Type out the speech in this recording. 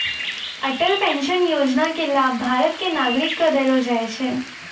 Atal pension योजना के लाभ भारत के नागरिक क देलो जाय छै